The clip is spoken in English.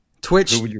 Twitch